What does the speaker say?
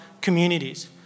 communities